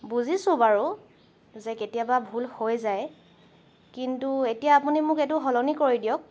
বুজিছোঁ বাৰু যে কেতিয়াবা ভুল হৈ যায় কিন্তু এতিয়া আপুনি মোক এইটো সলনি কৰি দিয়ক